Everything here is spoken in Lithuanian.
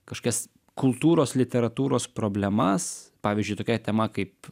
kaškias kultūros literatūros problemas pavyzdžiui tokia tema kaip